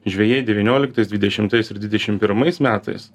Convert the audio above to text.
žvejai devynioliktais dvidešimtais ir dvidešim pirmais metais